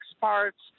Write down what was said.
parts